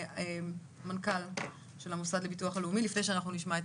מאיר שפיגלר, מנכ"ל הביטוח הלאומי, בבקשה.